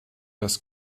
das